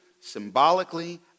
symbolically